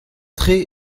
tre